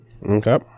Okay